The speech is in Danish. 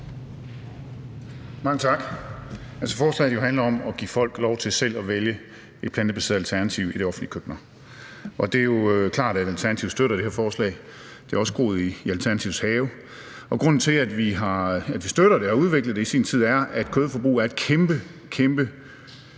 Mange tak. Forslaget handler om at give folk lov til selv at vælge et plantebaseret alternativ i de offentlige køkkener. Det er jo klart, at Alternativet støtter det her forslag, for det er også groet i Alternativets have. Grunden til, at vi støtter det og har udviklet det i sin tid, er, at kødforbruget er et kæmpe, kæmpe